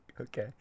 Okay